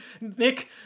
Nick